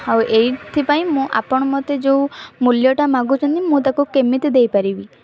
ଆଉ ଏଇଥିପାଇଁ ଆପଣ ମତେ ଯେଉଁ ମୂଲ୍ୟଟା ମାଗୁଛନ୍ତି ମୁଁ ତାକୁ କେମିତି ଦେଇ ପାରିବି